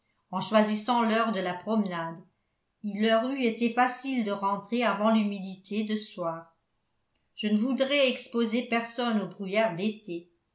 en choisissant l'heure de la promenade il leur eût été facile de rentrer avant l'humidité de soir je ne voudrais exposer personne aux brouillards d'été